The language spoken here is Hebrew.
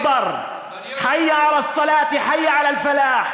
חברי הכנסת, נא לא להפריע לדובר.